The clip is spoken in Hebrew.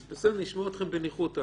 אז בסדר, נשמור אתכם בניחותא.